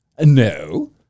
No